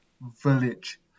village